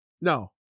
No